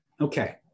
Okay